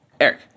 Eric